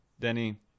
denny